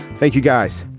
thank you, guys.